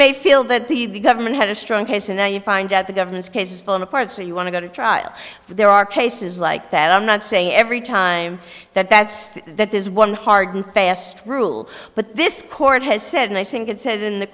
may feel that the government had a strong case and then you find out the government's case is falling apart so you want to go to trial there are cases like that i'm not saying every time that that's that there's one hard and fast rule but this court has said and i think it says in the